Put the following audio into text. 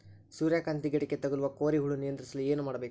ಸೂರ್ಯಕಾಂತಿ ಗಿಡಕ್ಕೆ ತಗುಲುವ ಕೋರಿ ಹುಳು ನಿಯಂತ್ರಿಸಲು ಏನು ಮಾಡಬೇಕು?